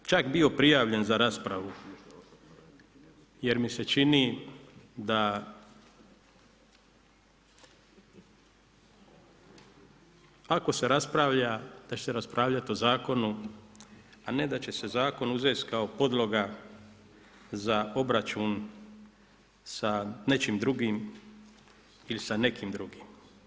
Ja nisam čak biti prijavljen za raspravu jer mi se čini da ako se raspravlja da će se raspravljati o zakonu, a ne da će se zakon uzeti kao podloga za obračun sa nečim drugim ili sa nekim drugim.